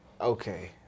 Okay